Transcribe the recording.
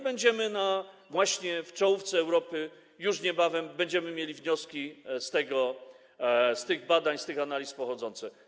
Będziemy właśnie w czołówce Europy, już niebawem będziemy mieli wnioski z tych badań, z tych analiz pochodzące.